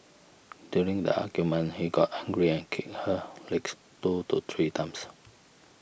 during the argument he got angry and kicked her legs two to three times